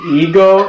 ego